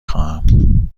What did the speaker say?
خواهم